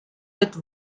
with